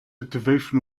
activation